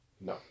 no